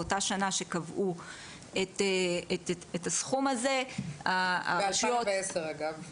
באותה שנה שקבעו את הסכום הזה --- ב-2010, אגב.